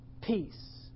peace